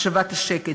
השבת השקט,